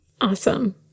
Awesome